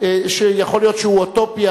שיכול להיות שהוא אוטופיה,